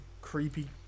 creepy